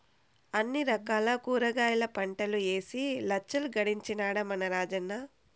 అన్ని రకాల కూరగాయల పంటలూ ఏసి లచ్చలు గడించినాడ మన రాజన్న